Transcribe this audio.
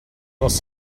was